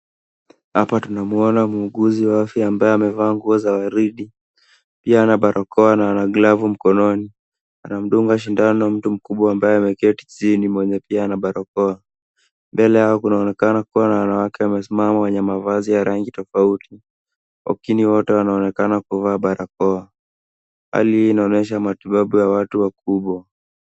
Hapa tunamuona muuguzi wa afya ambaye amevaa nguo za waridi, pia ana barakoa na ana glavu mkononi. Anamdunga sindano mtu mkubwa ambaye ameketi chini mwenye pia ana barakoa. Mbele yao kunaonekana kuwa na wanawake wamesimama wenye mavazi ya rangi tofauti, lakini wote wanaonekana kuvaa barakoa. Hali hii inaonyesha matibabu ya watu wakubwa.